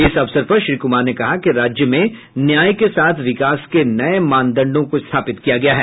इस अवसर पर श्री कुमार ने कहा कि राज्य में न्याय के साथ विकास के नये मानदंडों को स्थापित किया गया है